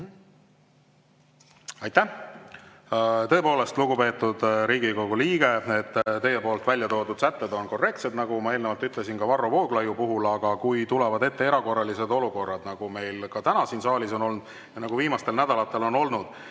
Aitäh! Tõepoolest, lugupeetud Riigikogu liige, teie välja toodud sätted on õiged, nagu ma eelnevalt ütlesin ka Varro Vooglaiule. Aga kui tulevad ette erakorralised olukorrad, nagu meil ka täna siin saalis on olnud ja nagu viimastel nädalatel on olnud,